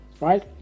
right